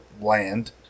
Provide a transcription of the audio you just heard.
land